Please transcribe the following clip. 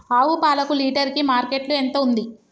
ఆవు పాలకు లీటర్ కి మార్కెట్ లో ఎంత ఉంది?